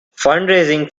fundraising